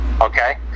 Okay